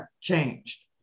changed